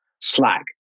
Slack